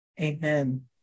Amen